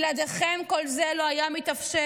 בלעדיכם כל זה לא היה מתאפשר.